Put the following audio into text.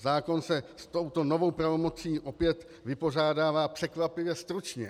Zákon se s touto novou pravomocí opět vypořádává překvapivě stručně.